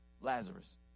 Lazarus